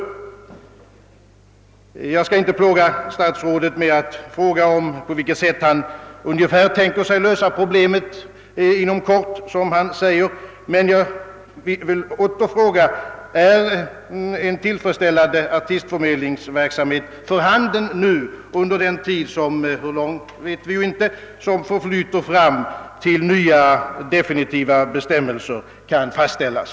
Jag skall inte plåga statsrådet med att efterlysa på vilket sätt han tänker sig att lösa problemet »inom den närmaste tiden», som han säger i svaret, men jag vill åter fråga: Är en tillfredsställande = artistförmedlingsverksamhet för handen under den tid — hur lång vet vi inte — som förflyter fram till dess att nya, definitiva bestämmelser kan fastställas?